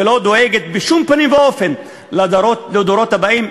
ולא דואגת בשום פנים ואופן לדורות הבאים.